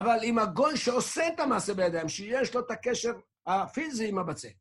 אבל עם מעגול שעושה את המעשה בידיים, שיש לו את הקשר הפיזי עם הבצק.